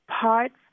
parts